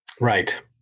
Right